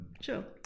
Sure